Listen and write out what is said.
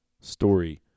story